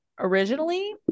originally